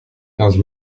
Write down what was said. quinze